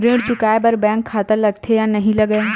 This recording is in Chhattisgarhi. ऋण चुकाए बार बैंक खाता लगथे या नहीं लगाए?